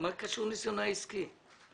מה קשור ניסיונו העסקי?